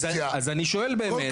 אז אני שואל באמת,